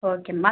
okay ma'am